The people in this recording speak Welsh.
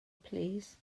plîs